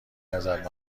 ازت